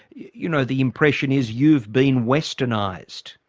you know, the impression is, you've been westernised.